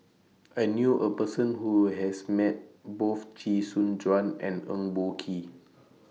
I knew A Person Who has Met Both Chee Soon Juan and Eng Boh Kee